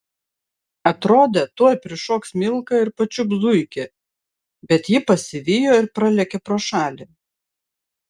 atrodė tuoj prišoks milka ir pačiups zuikį bet ji pasivijo ir pralėkė pro šalį